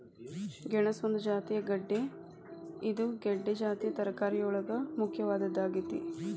ಗೆಣಸ ಒಂದು ಜಾತಿಯ ಗೆಡ್ದೆ ಇದು ಗೆಡ್ದೆ ಜಾತಿಯ ತರಕಾರಿಯೊಳಗ ಮುಖ್ಯವಾದದ್ದಾಗೇತಿ